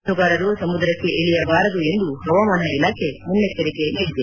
ಮೀನುಗಾರರು ಸಮುದ್ರಕ್ಕೆ ಇಳಿಯಬಾರದು ಎಂದು ಪವಾಮಾನ ಇಲಾಖೆ ಮುನ್ನೆಚ್ವರಿಕೆ ನೀಡಿದೆ